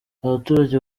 abaturage